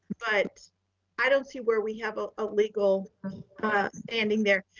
but i don't see where we have a ah legal ending there.